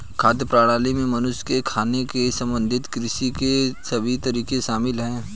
खाद्य प्रणाली में मनुष्य के खाने से संबंधित कृषि के सभी तरीके शामिल है